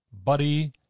Buddy